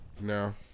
No